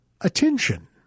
attention